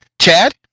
Chad